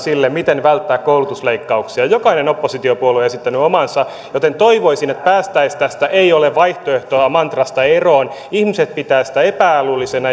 siitä miten välttää koulutusleikkauksia jokainen oppositiopuolue on esittänyt omansa joten toivoisin että päästäisiin tästä ei ole vaihtoehtoa mantrasta eroon ihmiset pitävät sitä epä älyllisenä